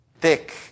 thick